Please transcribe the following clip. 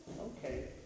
Okay